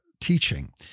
Teaching